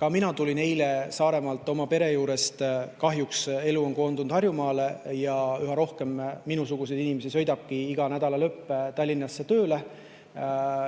Ma tulin eile Saaremaalt oma pere juurest ära. Kahjuks elu on koondunud Harjumaale ja üha rohkem minusuguseid inimesi sõidabki igal nädalalõpul Tallinnasse tööle.